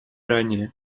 ранее